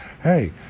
hey